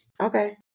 Okay